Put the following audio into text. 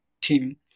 team